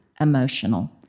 emotional